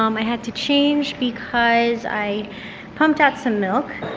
um i had to change because i pumped out some milk